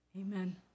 Amen